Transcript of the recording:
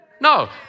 No